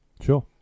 Sure